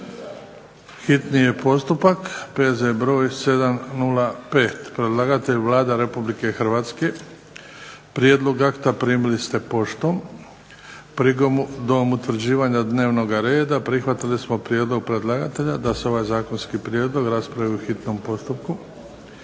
čitanje, P.Z. br. 705 Predlagatelj Vlada Republike Hrvatske. Prijedlog akta primili ste poštom. Prigodom utvrđivanja dnevnoga reda prihvatili smo prijedlog predlagatelja da se ovaj zakonski prijedlog raspravi u hitnom postupku.